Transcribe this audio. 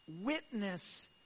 witness